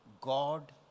God